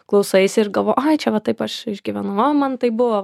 klausaisi ir galvoji ai čia va taip aš išgyvenuva man taip buvo